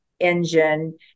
engine